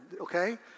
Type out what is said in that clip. okay